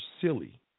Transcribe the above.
silly